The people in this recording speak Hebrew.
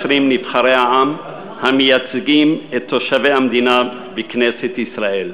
נבחרי העם המייצגים את תושבי המדינה בכנסת ישראל.